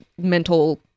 mental